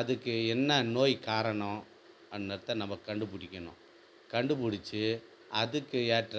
அதுக்கு என்ன நோய் காரணம் அன்னுர்த்த நம்ம கண்டு பிடிக்கணும் கண்டு பிடிச்சு அதுக்கு ஏற்ற